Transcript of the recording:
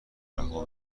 رها